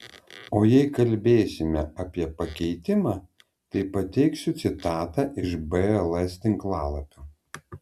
o jei kalbėsime apie pakeitimą tai pateiksiu citatą iš bls tinklalapio